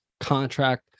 contract